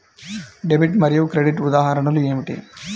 Debit మరియు credit ఉదాహరణలు ఏమిటీ?